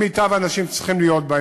עם מיטב האנשים שצריכים להיות בה,